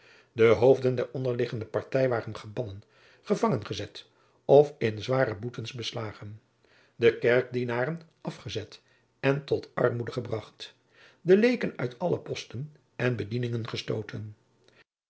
de hoofden der onderliggende partij waren gebannen gevangen gezet of in zware boetens beslagen de kerkdienaren afgezet en tot armoede gebracht de leeken uit alle posten en bedieningen gestoten